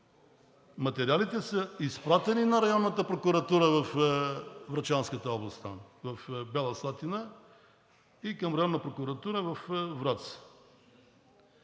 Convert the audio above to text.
Материалите са изпратени на Районната прокуратура във Врачанската област, в Бяла Слатина и към Районната прокуратура във Враца.